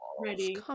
ready